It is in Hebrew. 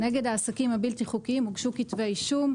נגד העסקים הבלתי חוקיים הוגשו כתבי אישום,